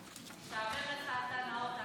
משעמם לך, אתה, נאור.